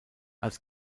als